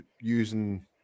using